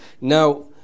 Now